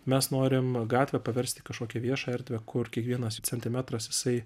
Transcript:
mes norim gatvę paverst į kažkokią viešą erdvę kur kiekvienas centimetras jisai